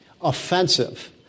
offensive